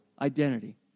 identity